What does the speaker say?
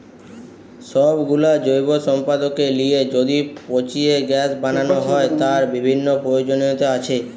সব গুলো জৈব সম্পদকে লিয়ে যদি পচিয়ে গ্যাস বানানো হয়, তার বিভিন্ন প্রয়োজনীয়তা আছে